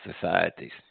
societies